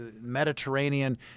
Mediterranean